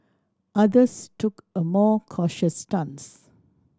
others took a more cautious stance